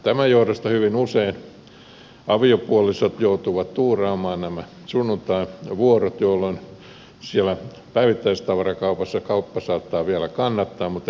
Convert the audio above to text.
tämän johdosta hyvin usein aviopuolisot joutuvat tuuraamaan nämä sunnuntaivuorot jolloin siellä päivittäistavarakaupassa kauppa saattaa vielä kannattaa mutta erikoisliikkeissä ei